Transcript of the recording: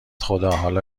خدا، حالا